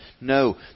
No